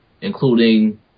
including